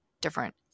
different